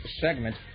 segment